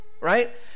right